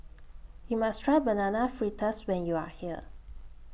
YOU must Try Banana Fritters when YOU Are here